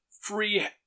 free